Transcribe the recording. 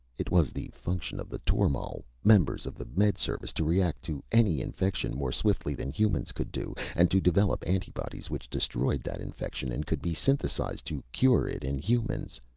it was the function of the tormal members of the med service to react to any infection more swiftly than humans could do, and to develop antibodies which destroyed that infection and could be synthesized to cure it in humans.